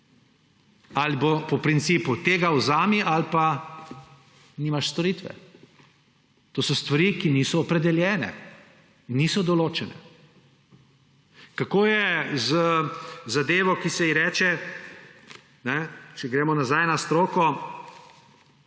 Ali bo po principu, tega vzemi, ali pa nimaš storitve? To so stvari, ki niso opredeljene, niso določene. Kako je z zadevo, ki se ji reče, če gremo nazaj na stroko,